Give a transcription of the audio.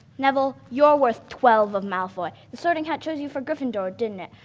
neville, you're worth twelve of malfoy. the sorting hat chose you for gryffindor, didn't it?